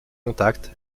contact